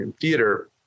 theater